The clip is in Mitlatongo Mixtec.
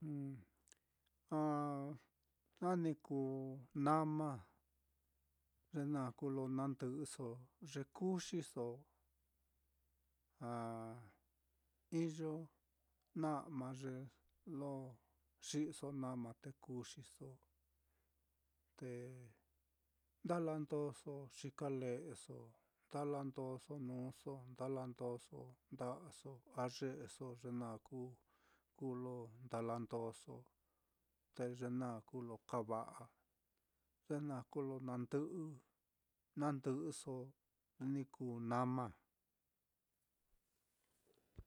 ah naá ni kuu nama, ye naá kuu lo na ndɨꞌɨso ye kuxiso, ah iyo na'a ye lo xi'iso na'ma te kuxiso, te ndalandóso xikale'eso, ndalandóso nuuso, ndalandóso nda'aso a ye'eso, ye naá kuu kuu lo ndalandoso, te ye naá kuu lo kava'a, ye naá kuu lo nandɨꞌɨ nandɨꞌɨso ni kuu nama.